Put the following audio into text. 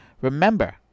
Remember